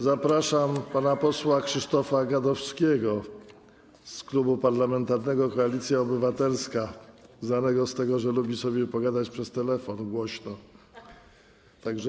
Zapraszam pana posła Krzysztofa Gadowskiego z Klubu Parlamentarnego Koalicja Obywatelska, znanego z tego, że lubi sobie pogadać przez telefon głośno, tak że wszyscy słyszymy.